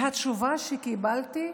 התשובה שקיבלתי,